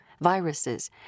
viruses